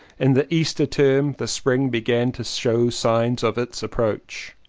in the easter term the spring began to show signs of its approach.